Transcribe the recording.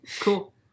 Cool